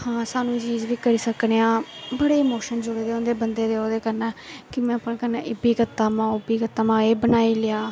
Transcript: हां सानूं चीज बी करी सकने आं बड़े इमोशन जुड़े दे होंदे बंदे दे ओह्दे कन्नै कि में अपने कन्नै एह् बी कीता में ओह् बी कीता में एह् बी बनाई लेआ